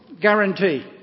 guarantee